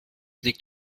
liegt